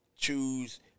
choose